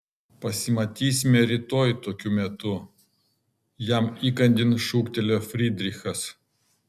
pasimatysime rytoj tokiu metu jam įkandin šūktelėjo frydrichas